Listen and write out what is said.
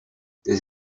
this